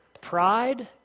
Pride